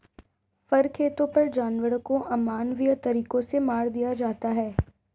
फर खेतों पर जानवरों को अमानवीय तरीकों से मार दिया जाता है